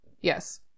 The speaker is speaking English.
Yes